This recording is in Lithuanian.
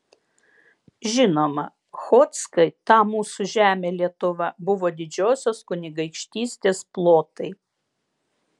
žinoma chodzkai ta mūsų žemė lietuva buvo didžiosios kunigaikštystės plotai